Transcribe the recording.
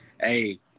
hey